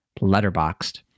letterboxed